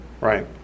Right